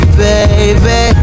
baby